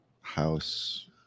house